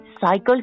cycle